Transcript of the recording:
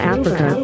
Africa